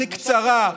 הכי קצרה,